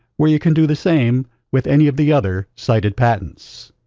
where you can do the same with any of the other cited patents.